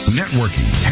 networking